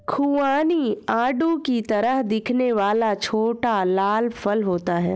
खुबानी आड़ू की तरह दिखने वाला छोटा लाल फल होता है